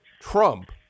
Trump